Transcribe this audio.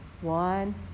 One